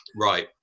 Right